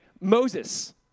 Moses